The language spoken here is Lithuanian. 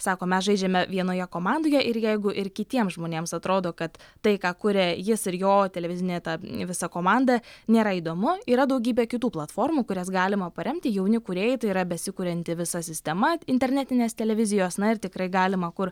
sako mes žaidžiame vienoje komandoje ir jeigu ir kitiems žmonėms atrodo kad tai ką kuria jis ir jo televizinė ta visa komanda nėra įdomu yra daugybė kitų platformų kurias galima paremti jauni kūrėjai tai yra besikurianti visa sistema internetinės televizijos na ir tikrai galima kur